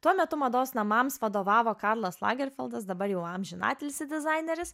tuo metu mados namams vadovavo karlas lagerfaldas dabar jau amžinatilsį dizaineris